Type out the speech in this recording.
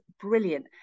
brilliant